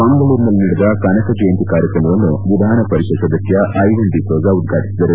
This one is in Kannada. ಮಂಗಳೂರಿನಲ್ಲಿ ನಡೆದ ಕನಕ ಜಯಂತಿ ಕಾರ್ಯಕ್ರಮವನ್ನು ವಿಧಾನ ಪರಿಷತ್ ಸದಸ್ಯ ಐವಾನ್ ಡಿಸೋಜಾ ಉದ್ಘಾಟಿಸಿದರು